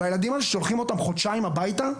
והילדים האלה שולחים אותם חודשיים הביתה,